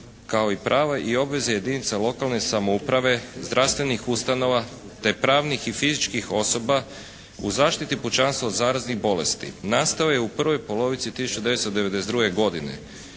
kao i prava i obveze jedinica lokalne samouprave, zdravstvenih ustanova, te pravnih i fizičkih osoba u zaštiti pučanstva od zaraznih bolesti. Nastao je u prvoj polovici 1992. godine